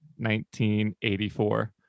1984